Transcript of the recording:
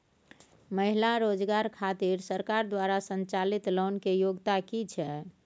महिला रोजगार खातिर सरकार द्वारा संचालित लोन के योग्यता कि छै?